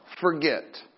forget